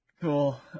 cool